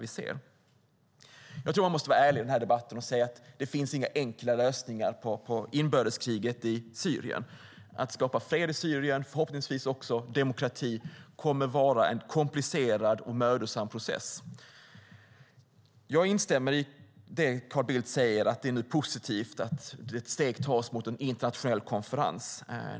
Jag tror att man måste vara ärlig i den här debatten och säga att det inte finns några enkla lösningar på inbördeskriget i Syrien. Att skapa fred och förhoppningsvis även demokrati i Syrien kommer att vara en komplicerad och mödosam process. Jag instämmer i det som Carl Bildt säger om att det är positivt att steg tas mot en internationell konferens.